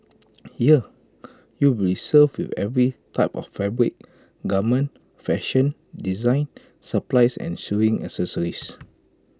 here you will be served with every type of fabric garment fashion design supplies and sewing accessories